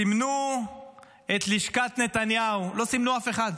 סימנו את לשכת נתניהו, לא סימנו אף אחד.